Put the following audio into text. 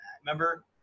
Remember